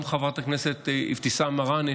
גם חברת הכנסת אבתיסאם מראענה,